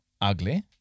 ugly